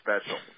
special